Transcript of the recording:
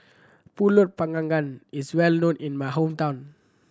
Pulut Panggang gang is well known in my hometown